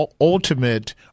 ultimate